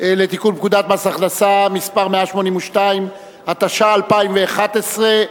לתיקון פקודת מס הכנסה (מס' 182), התשע"א 2011,